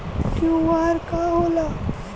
QR का होला?